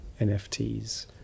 NFTs